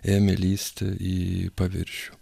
ėmė lįsti į paviršių